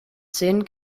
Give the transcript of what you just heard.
zehn